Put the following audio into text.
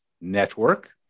Network